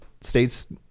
states